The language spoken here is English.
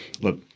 look